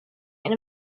and